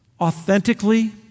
authentically